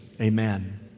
amen